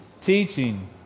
teaching